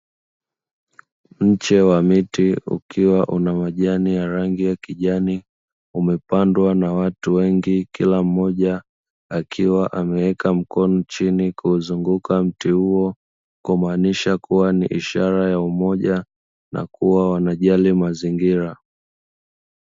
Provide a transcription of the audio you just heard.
Mche wa miti ukiwa una majani ya rangi ya kijani, umepandwa na watu wengi kila mmoja akiwa ameweka mkono chini kuuzunguka mti huo, kumaanisha kuwa ni ishara ya umoja na kuwa wanajali mazingira.